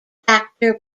factor